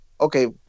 Okay